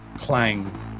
clang